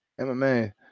MMA